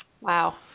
Wow